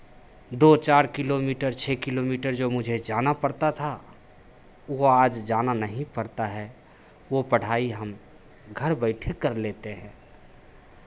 दो चार किलोमीटर छः किलोमीटर जो मुझे जाना पड़ता था वो आज जाना नहीं पड़ता है वो पढ़ाई हम घर बैठे कर लेते हैं